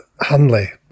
Hanley